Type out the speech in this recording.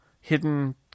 hidden